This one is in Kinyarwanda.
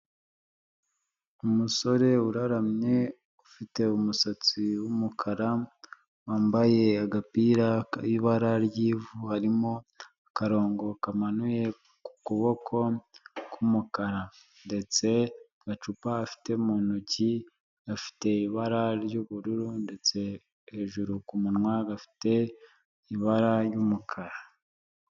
Umusore uraramye ufite umusatsi w'umukara wambaye agapira k'ibara ry'ivu harimo akarongo kamanuye ku kuboko k'umukara ndetse gacupa afite mu ntoki gafite ibara ry'ubururu, ndetse hejuru kumunwa gafite ibara ry'umukara.